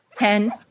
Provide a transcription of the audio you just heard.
Ten